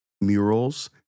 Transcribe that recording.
murals